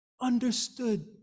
understood